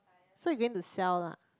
so you going to sell lah